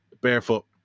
barefoot